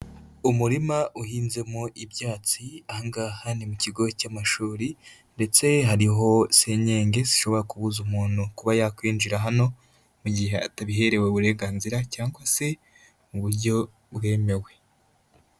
Umurima uhinzemo ibyatsi aha ngaha ni mu kigo cy'amashuri ndetse hariho senyenge zishobora kubuza umuntu kuba yakwinjira hano mu gihe atabiherewe uburenganzira cyangwa se mu buryo bwemewe.